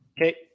okay